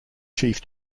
chief